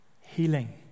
healing